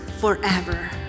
forever